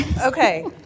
Okay